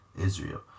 israel